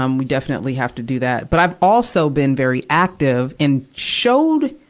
um we definitely have to do that. but i've also been very active and showed,